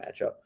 matchup